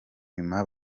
nyuma